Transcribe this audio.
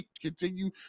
continue